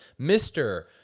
Mr